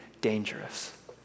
dangerous